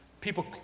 People